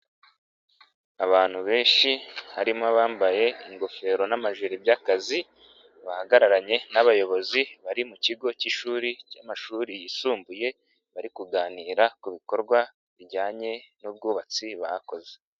Abantu benshi, harimo abambaye ingofero n'amajile by'akazi, bahagararanye n'abayobozi bari mu kigo cy'ishuri cy'amashuri yisumbuye, bari kuganira ku bikorwa bijyanye n'ubwubatsi bakoze.